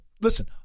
listen –